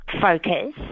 focus